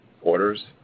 orders